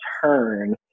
turn